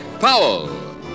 Powell